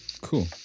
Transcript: Cool